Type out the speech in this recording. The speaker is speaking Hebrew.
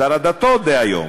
שר הדתות דהיום,